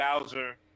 Bowser